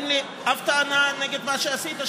אין לי אף טענה נגד מה שעשית שם,